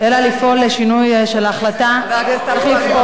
אלא לפעול לשינוי של ההחלטה, מתי זה קרה?